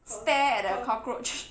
stare at the cockroach